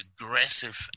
aggressive